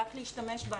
רק להשתמש בנו.